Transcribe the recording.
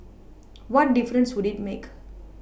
what difference would it make